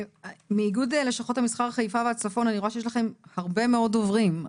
מאיגוד לשכות המסחר חיפה והצפון - אני רואה שיש לכם הרבה מאוד דוברים.